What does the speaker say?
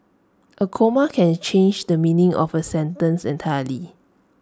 A comma can change the meaning of A sentence entirely